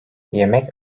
yemek